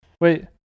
wait